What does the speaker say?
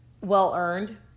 well-earned